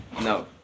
No